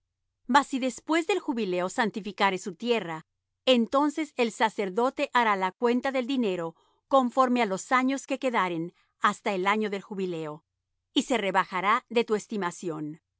mas si después del jubileo santificare su tierra entonces el sacerdote hará la cuenta del dinero conforme á los años que quedaren hasta el año del jubileo y se rebajará de tu estimación